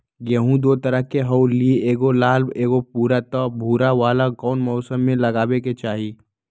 गेंहू दो तरह के होअ ली एगो लाल एगो भूरा त भूरा वाला कौन मौसम मे लगाबे के चाहि?